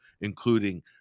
including